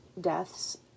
deaths